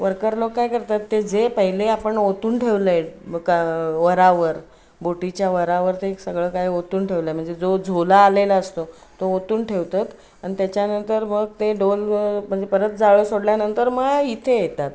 worker लोक काय करतात ते जे पहिले आपण ओतून ठेवलं आहे का वरावर बोटीच्या वरावर ते सगळं काय ओतून ठेवलं आहे म्हणजे जो झोला आलेला असतो तो ओतून ठेवतात आणि त्याच्यानंतर मग ते डोल म्हणजे परत जाळं सोडल्यानंतर मग या इथे येतात